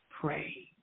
Pray